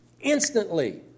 instantly